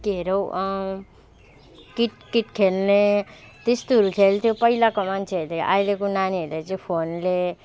के अरे हौ किट किट खेल्ने त्यस्तोहरू खेल्थ्यो पहिलाको मान्छेहरूले अहिलेको नानीहरूले चाहिँ फोनले